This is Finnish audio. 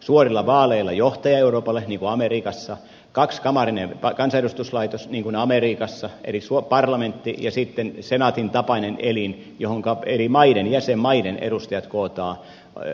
suorilla vaaleilla johtaja euroopalle niin kuin amerikassa kaksikamarinen kansanedustuslaitos niin kuin amerikassa eli parlamentti ja sitten senaatin tapainen elin johonka eri jäsenmaiden edustajat kootaan